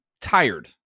tired